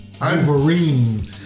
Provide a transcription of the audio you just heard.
Wolverine